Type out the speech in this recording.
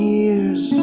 years